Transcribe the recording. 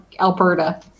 Alberta